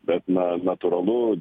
bet na natūralu